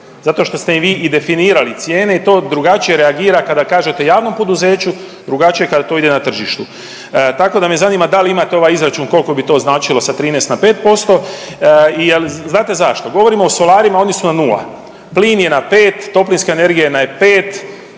zato što ste i vi i definirali cijene i to drugačije reagira kada kažete javnom poduzeću, drugačije kada to ide na tržištu. Tako da me zanima da li imate ovaj izračun koliko bi to značilo sa 13 na 5% jer znate zašto? Govorimo o solarima, a oni su na nula, plin je na pet, toplinska energija je pet,